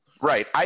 Right